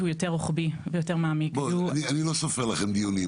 יותר רוחבי ומעמיק --- אני לא סופר לכם דיונים,